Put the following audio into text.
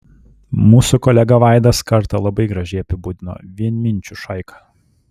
mūsų kolega vaidas kartą labai gražiai apibūdino vienminčių šaika